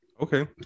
Okay